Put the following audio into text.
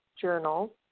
journal